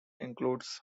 includes